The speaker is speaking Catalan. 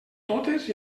totes